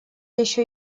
еще